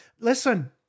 Listen